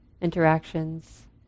interactions